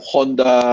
Honda